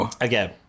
again